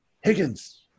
Higgins